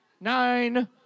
Nine